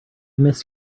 miss